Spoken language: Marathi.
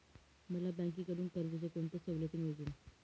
मला बँकेकडून कर्जाच्या कोणत्या सवलती मिळतील?